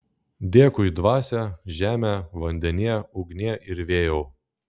dėkui dvasia žeme vandenie ugnie ir vėjau